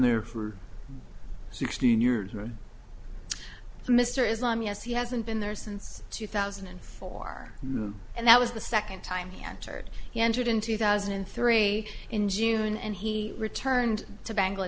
there for sixteen years from mr islam yes he hasn't been there since two thousand and four and that was the second time he entered he entered in two thousand and three in june and he returned to